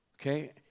Okay